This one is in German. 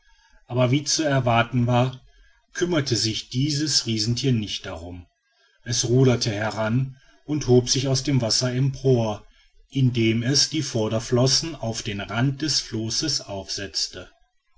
aber wie zu erwarten war kümmerte sich dieses riesentier nicht darum es ruderte heran und hob sich aus dem wasser empor indem es die vorderflossen auf den rand des flosses aufsetzte